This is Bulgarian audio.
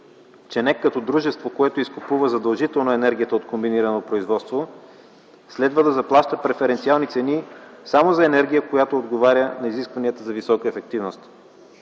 че НЕК като дружество, което изкупува задължително енергията от комбинирано производство, следва да заплаща преференциални цени само за енергия, която отговаря на изискванията за висока ефективност.